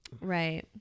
Right